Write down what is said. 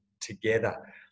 together